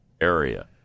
area